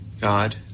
God